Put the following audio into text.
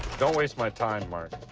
don't waste my time mark